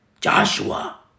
Joshua